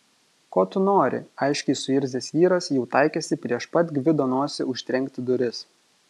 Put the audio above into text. ko tu nori aiškiai suirzęs vyras jau taikėsi prieš pat gvido nosį užtrenkti duris